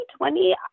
2020